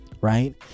Right